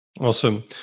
Awesome